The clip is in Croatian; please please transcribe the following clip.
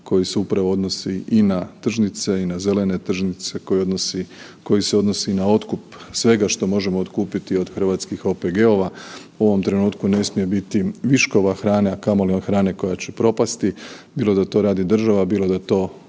koji se upravo odnosi i na tržnice i na zelene tržnice, koji se odnosi i na otkup svega što možemo otkupiti od hrvatskih OPG-ova, u ovom trenutku ne smije biti viškova hrane, a kamoli hrane koja će propasti bilo da to radi država, bilo da pokupe